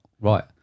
right